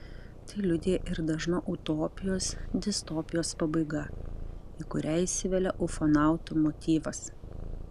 tai liudija ir dažna utopijos distopijos pabaiga į kurią įsivelia ufonautų motyvas